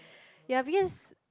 yeah because